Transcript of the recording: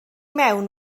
mewn